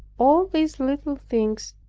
all these little things,